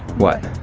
what?